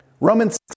Romans